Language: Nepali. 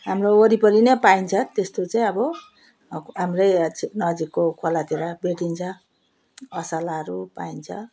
हाम्रो वरिपरि नै पाइन्छ त्यस्तो चाहिँ अब अक हाम्रै छि नजिकको खोलातिर भेटिन्छ असलाहरू पाइन्छ